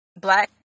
black